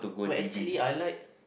wait actually I like